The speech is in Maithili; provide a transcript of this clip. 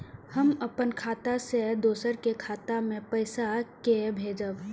हम अपन खाता से दोसर के खाता मे पैसा के भेजब?